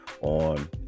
on